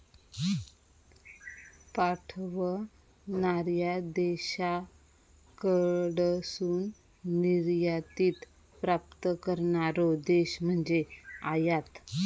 पाठवणार्या देशाकडसून निर्यातीत प्राप्त करणारो देश म्हणजे आयात